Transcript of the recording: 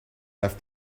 have